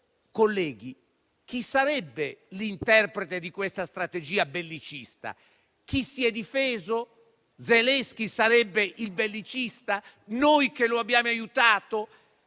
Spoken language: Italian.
Colleghi, chi sarebbe l'interprete di questa strategia bellicista? Chi si è difeso? Zelensky sarebbe il bellicista? Noi che lo abbiamo aiutato?